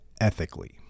ethically